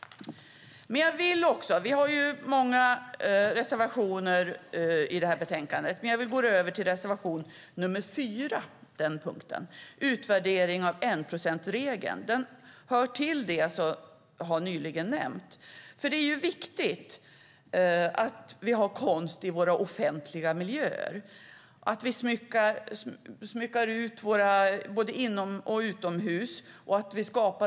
Vi har många reservationer i betänkandet, och jag går därför vidare till reservation nr 4 Utvärdering av enprocentsregeln. Den berör nämligen det som jag talat om. Det är viktigt att vi har konst i våra offentliga miljöer, att vi smyckar både inomhus och utomhus.